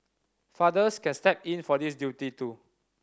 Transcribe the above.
fathers can step in for this duty too